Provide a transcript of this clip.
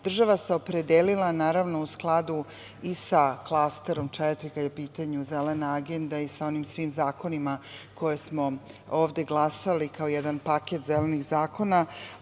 država se opredelila u skladu i sa Klasterom 4, kada je u pitanju Zelena agenda i sa onim svim zakonima koje smo ovde glasali kao jedan paket zelenih zakona,